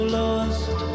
lost